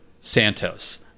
Santos